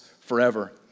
forever